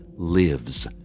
lives